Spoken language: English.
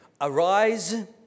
Arise